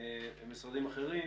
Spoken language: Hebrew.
ומשרדים אחרים,